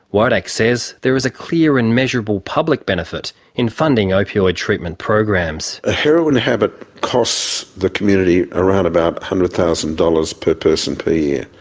wodak says there is a clear and measurable public benefit in funding opioid treatment programs. a heroin habit costs the community around about one hundred thousand dollars per person per year.